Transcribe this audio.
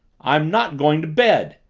i'm not going to bed!